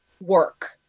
work